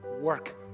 work